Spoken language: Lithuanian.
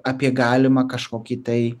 apie galimą kažkokį tai